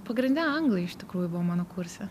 pagrinde anglai iš tikrųjų buvo mano kurse